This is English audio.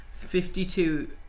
52